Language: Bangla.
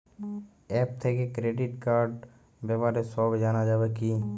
অ্যাপ থেকে ক্রেডিট কার্ডর ব্যাপারে সব জানা যাবে কি?